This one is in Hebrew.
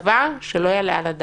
זה דבר שלא יעלה על הדעת.